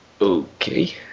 Okay